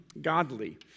godly